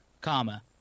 comma